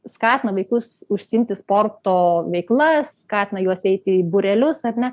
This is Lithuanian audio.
skatina vaikus užsiimti sporto veikla skatina juos eiti į būrelius ar ne